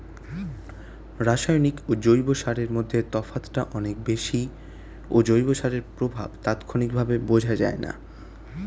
রাসায়নিক ও জৈব সারের মধ্যে তফাৎটা অনেক বেশি ও জৈব সারের প্রভাব তাৎক্ষণিকভাবে বোঝা যায়না